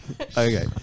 Okay